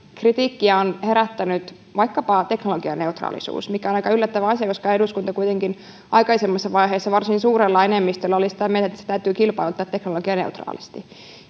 kritiikkiä on herättänyt vaikkapa teknologianeutraalisuus mikä on aika yllättävä asia koska eduskunta kuitenkin aikaisemmassa vaiheessa varsin suurella enemmistöllä oli sitä mieltä että se täytyy kilpailuttaa teknologianeutraalisti